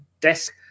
desk